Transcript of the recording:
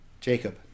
Jacob